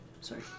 Sorry